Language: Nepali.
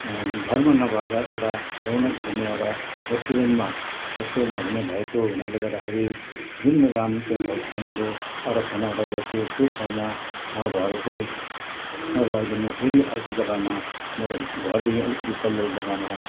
घरमा नभएर एउटा रौनक भन्ने एउटा रेस्टुरेन्टमा रेस्टुरेन्टमा हुने भएको हुनाले गर्दाखेरि जुन मैले राम टेन्ट हाउसमा मैले अर्डर खाना अर्डर गरेको थिएँ त्यो ठाउँमा नभएर चाहिँ अब अहिले म फेरि अर्को जग्गामा मेरो घरदेखि अलिकति तल्लो जग्गामा